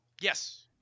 Yes